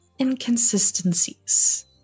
inconsistencies